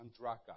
Andraka